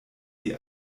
sie